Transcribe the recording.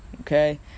Okay